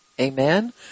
Amen